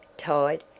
tied,